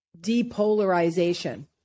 depolarization